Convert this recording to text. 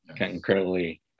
incredibly